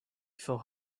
for